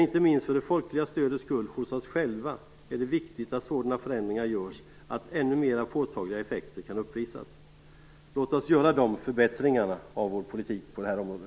Inte minst för det folkliga stödets skull hos oss själva är det viktigt att sådana förändringar görs att ännu mera påtagliga effekter kan uppvisas. Låt oss göra de förbättringarna av vår politik på detta område!